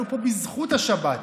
אנחנו פה בזכות השבת,